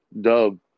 Dub